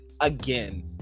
again